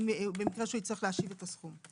במקרה שיצטרך להשיב את הסכום.